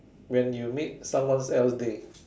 when you make someone's else day